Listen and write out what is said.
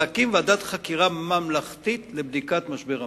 להקים ועדת חקירה ממלכתית לבדיקת משבר המים.